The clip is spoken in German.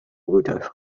rudolf